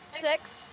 Six